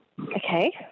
Okay